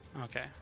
okay